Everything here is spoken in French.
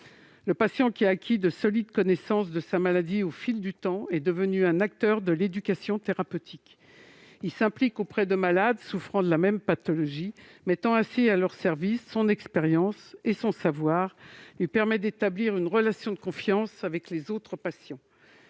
Le patient, qui a acquis de solides connaissances de sa maladie au fil du temps, est devenu un acteur de l'éducation thérapeutique. Il s'implique auprès de malades souffrant de la même pathologie, mettant ainsi à leur service son expérience ; son savoir lui permet d'établir une relation de confiance avec les autres patients.